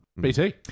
BT